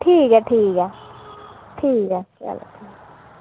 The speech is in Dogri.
ठीक ऐ ठीक ऐ चलो